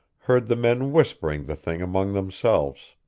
heard the men whispering the thing among themselves.